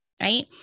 right